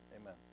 amen